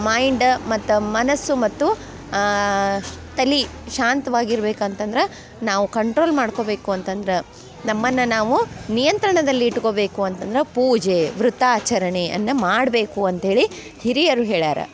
mind ಮತ್ತ ಮನಸ್ಸು ಮತ್ತು ತಲಿ ಶಾಂತ್ವಾಗಿರ್ಬೇಕ್ ಅಂತಂದ್ರೆ ನಾವು ಕಂಟ್ರೋಲ್ ಮಾಡ್ಕೊಬೇಕು ಅಂತಂದ್ರೆ ನಮ್ಮನ್ನು ನಾವು ನಿಯಂತ್ರಣದಲ್ಲಿ ಇಟ್ಕೊಬೇಕು ಅಂತ ಅಂದ್ರೆ ಪೂಜೆ ವ್ರತಾಚರಣೆಯನ್ನ ಮಾಡಬೇಕು ಅಂತ್ಹೇಳಿ ಹಿರಿಯರು ಹೇಳ್ಯಾರ